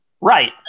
Right